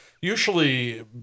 usually